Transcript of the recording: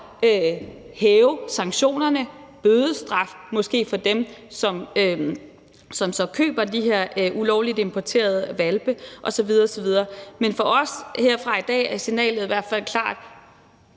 hæve sanktionerne, lave bødestraf, måske for dem, som så køber de her ulovligt importerede hvalpe, osv. osv. Men for os herfra i dag er signalet i hvert fald klart: